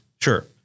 Sure